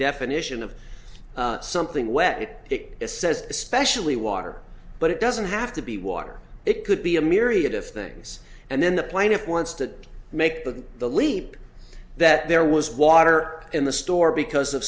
definition of something wet it it says especially water but it doesn't have to be water it could be a myriad of things and then the plaintiff wants to make the leap that there was water in the store because of